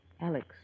Alex